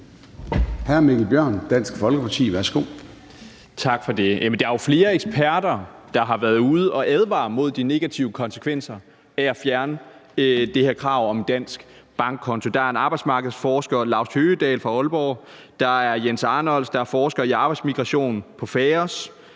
13:17 Mikkel Bjørn (DF): Tak for det. Der er jo flere eksperter, der har været ude at advare mod de negative konsekvenser af at fjerne det her krav om en dansk bankkonto. Der er en arbejdsmarkedsforsker, Laust Høgedahl fra Aalborg, og der er Jens Arnholtz, der forsker i arbejdsmigration på FAOS,